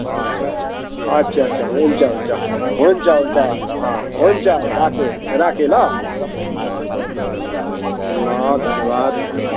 अच्छा अच्छा अच्छा अच्छा हुन्छ हुन्छ हुन्छ हुन्छ अँ हुन्छ राखेँ राखेँ ल ल धन्यवाद